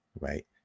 Right